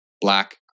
black